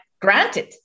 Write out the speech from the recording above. granted